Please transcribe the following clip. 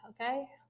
okay